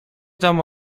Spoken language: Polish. tam